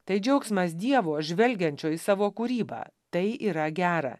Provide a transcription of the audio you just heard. tai džiaugsmas dievo žvelgiančio į savo kūrybą tai yra gera